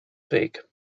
weg